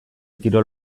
kirol